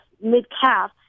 mid-calf